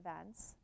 events